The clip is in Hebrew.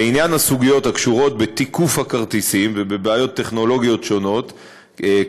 לעניין הסוגיות הקשורות בתיקוף הכרטיסים ובבעיות טכנולוגיות שונות,